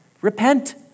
repent